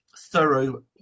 thorough